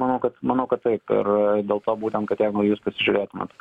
manau kad manau kad taip ir dėl to būtent kad jeigu jūs pasižiūrėtumėt